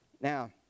Now